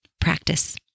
Practice